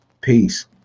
Peace